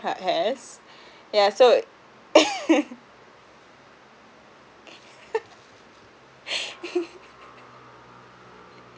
ha~ has yeah so